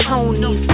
Tony